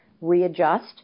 readjust